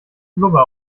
blubber